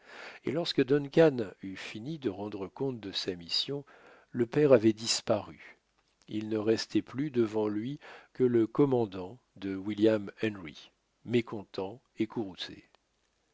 et lorsque duncan eut fini de rendre compte de sa mission le père avait disparu il ne restait plus devant lui que le commandant de william henry mécontent